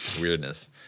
weirdness